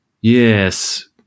yes